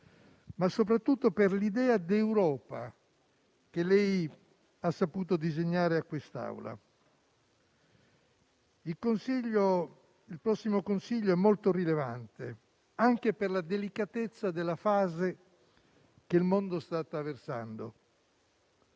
ma, soprattutto, per l'idea di Europa che lei ha saputo disegnare a quest'Aula. Il prossimo Consiglio europeo è molto rilevante, anche per la delicatezza della fase che il mondo sta attraversando,